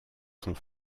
sont